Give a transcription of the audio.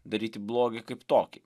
daryti blogį kaip tokį